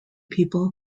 people